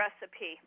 recipe